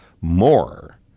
more